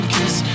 Cause